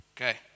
okay